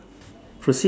proceed